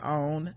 on